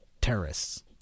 terrorists